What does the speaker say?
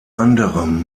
anderem